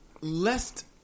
Lest